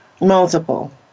multiple